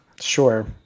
Sure